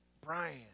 Brian